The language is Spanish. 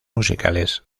musicales